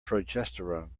progesterone